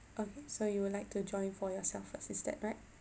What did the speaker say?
okay so you would like to join for yourself first is that right